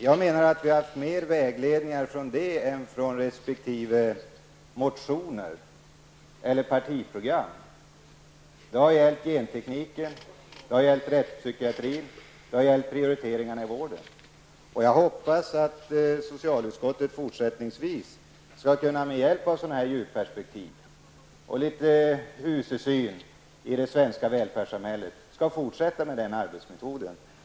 Jag menar att vi har haft mer vägledning av det än av motioner eller partiprogram. Det har gällt gentekniken, rättspsykiatrin och prioriteringar i vården. Jag hoppas att vi i socialutskottet även i fortsättningen med hjälp av sådana perspektiv och litet husesyn i det svenska välfärdssamhället skall kunna fortsätta med den arbetsmetoden.